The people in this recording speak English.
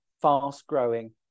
fast-growing